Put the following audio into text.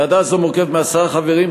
ועדה זו מורכבת מעשרה חברים,